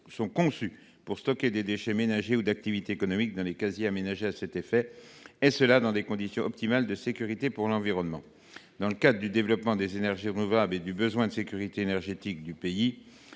sont conçues pour stocker des déchets ménagers ou les déchets d’activités économiques dans des casiers aménagés à cet effet, dans des conditions optimales de sécurité pour l’environnement. Dans le cadre du développement des énergies renouvelables et eu égard au besoin de sécurité énergétique du pays,